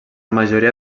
majoria